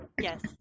Yes